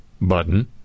button